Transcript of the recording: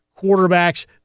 quarterbacks